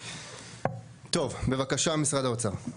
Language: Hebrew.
טוב, בבקשה, משרד האוצר.